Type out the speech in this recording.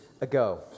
ago